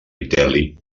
vitel·li